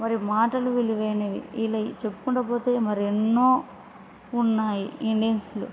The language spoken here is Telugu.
మరి మాటలు విలువైనవి ఇలా చెప్పుకుండా పోతే మరి ఎన్నో ఉన్నాయి ఇండియన్స్లో